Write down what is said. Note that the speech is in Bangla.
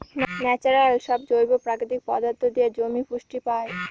ন্যাচারাল সব জৈব প্রাকৃতিক পদার্থ দিয়ে জমি পুষ্টি পায়